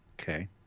Okay